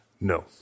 No